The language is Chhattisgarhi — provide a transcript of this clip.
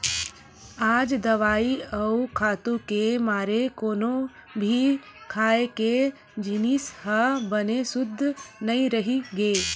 आज दवई अउ खातू के मारे कोनो भी खाए के जिनिस ह बने सुद्ध नइ रहि गे